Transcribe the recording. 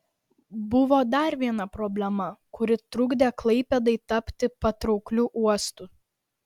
buvo dar viena problema kuri trukdė klaipėdai tapti patraukliu uostu